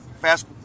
fast